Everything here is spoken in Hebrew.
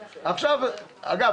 אגב,